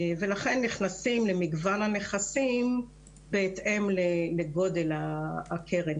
ולכן נכנסים למגוון הנכסים בהתאם לגודל הקרן,